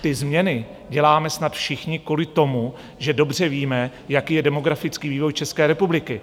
Ty změny děláme snad všichni kvůli tomu, že dobře víme, jaký je demografický vývoj České republiky.